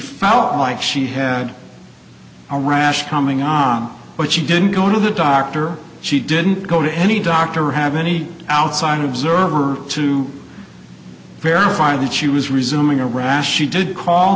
felt like she had a rash coming on but she didn't go to the doctor she didn't go to any doctor or have any outside observer to verify that she was resuming a rash she did call